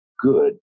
good